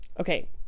Okay